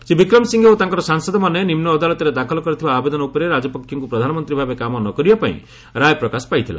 Shri Wickremesinghe ଓ ତାଙ୍କର ସାଂସଦମାନେ ନିମ୍ନଅଦାଲତରେ ଦାଖଲ କରୁଥିବା ଆବେଦନ ଉପରେ ରାଜପକ୍ଷଙ୍କୁ ପ୍ରଧାନମନ୍ତ୍ରୀ ଭାବେ କାମ ନ କରିବା ପାଇଁ ରାୟ ପ୍ରକାଶ ପାଇଥିଲା